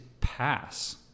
pass